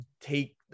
take